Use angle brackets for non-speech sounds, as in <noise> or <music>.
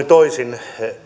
<unintelligible> toisin kuin